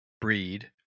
breed